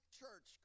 church